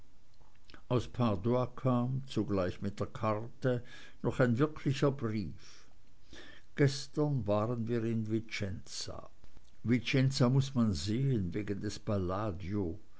aus padua kam zugleich mit der karte noch ein wirklicher brief gestern waren wir in vicenza vicenza muß man sehen wegen des palladio